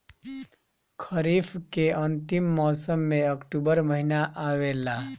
खरीफ़ के अंतिम मौसम में अक्टूबर महीना आवेला?